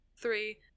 Three